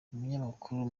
umunyamakuru